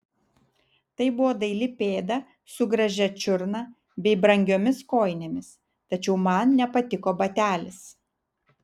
tai buvo daili pėda su gražia čiurna bei brangiomis kojinėmis tačiau man nepatiko batelis